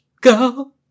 go